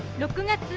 looking at